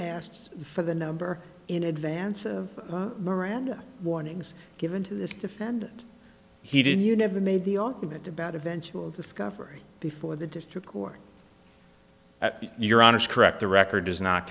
asked for the number in advance of miranda warnings given to this defendant he didn't you never made the argument about eventual discovery before the court that your honest correct the record does not